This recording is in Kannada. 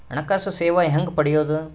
ಹಣಕಾಸು ಸೇವಾ ಹೆಂಗ ಪಡಿಯೊದ?